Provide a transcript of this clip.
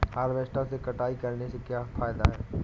Harvester से कटाई करने से क्या फायदा है?